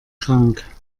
krank